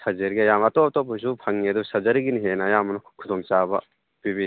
ꯁꯔꯖꯔꯤꯒꯤ ꯑꯌꯥꯝꯕ ꯑꯇꯣꯞ ꯑꯇꯣꯞꯄꯩꯁꯨ ꯁꯪꯏ ꯑꯗꯨ ꯁꯔꯖꯔꯤꯒꯤꯅ ꯍꯦꯟꯅ ꯑꯌꯥꯝꯕꯅ ꯈꯨꯗꯣꯡ ꯆꯥꯕ ꯄꯤꯕꯤ